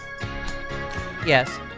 yes